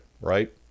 Right